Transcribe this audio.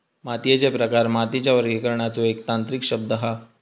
मातीयेचे प्रकार मातीच्या वर्गीकरणाचो एक तांत्रिक शब्द हा